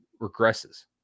regresses